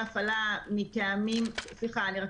הפעלה מטעמים